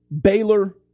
Baylor